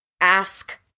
ask